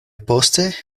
poste